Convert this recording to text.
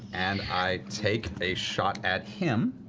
and i take a shot at him.